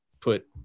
put